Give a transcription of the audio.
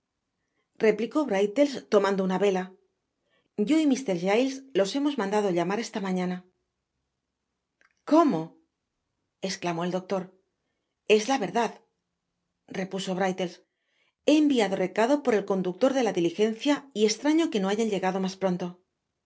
brittles tomando una vela yo y mr giles los helnos mandado llamar esa mañana cómo i esclamó el doctor es la verdad repuso brittles he enviado recado por el conductor de la diligencia y estraño éftw no hayan llegado mas pronto